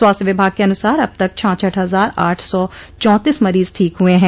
स्वास्थ्य विभाग के अनुसार अब तक छाछठ हजार आठ सौ चौंतीस मरीज ठीक हुये हैं